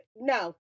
no